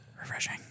Refreshing